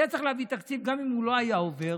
היה צריך להביא תקציב, גם אם הוא לא היה עובר.